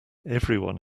everyone